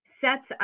sets